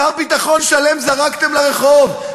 שר ביטחון שלם זרקתם לרחוב.